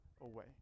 away